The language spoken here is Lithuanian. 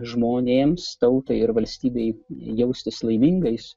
žmonėms tautai ir valstybei jaustis laimingais